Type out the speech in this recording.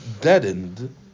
deadened